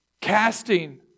Casting